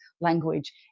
language